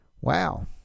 Wow